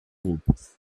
groupe